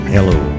Hello